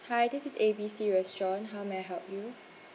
hi this is A B C restaurant how may I help you